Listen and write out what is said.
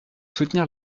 soutenir